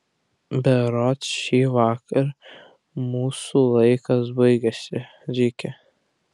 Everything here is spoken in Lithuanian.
berods šįvakar mūsų laikas baigiasi riki